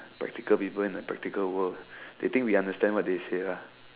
practical people in a practical world they think we understand what they say lah